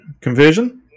conversion